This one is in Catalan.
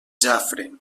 jafre